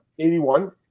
81